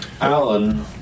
Alan